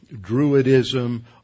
Druidism